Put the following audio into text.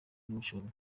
n’ubushobozi